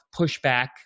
pushback